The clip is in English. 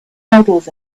models